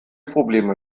probleme